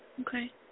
Okay